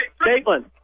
Caitlin